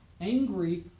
angry